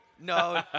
No